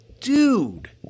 dude